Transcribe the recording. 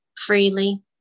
freely